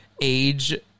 age